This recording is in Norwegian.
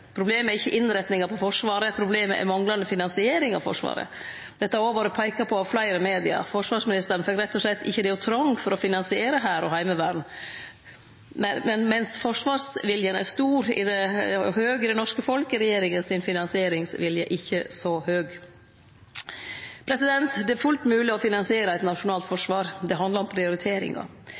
Problemet er ikkje innretninga på Forsvaret, problemet er manglande finansiering av Forsvaret. Dette har òg vore peikt på av fleire medium. Forsvarsministeren fekk rett og slett ikkje det ho trong for å finansiere Hæren og Heimevernet. Mens forsvarsviljen er høg i det norske folk, er finansieringsviljen til regjeringa ikkje så høg. Det er fullt mogleg å finansiere eit nasjonalt forsvar. Det handlar om prioriteringar.